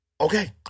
okay